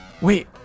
Wait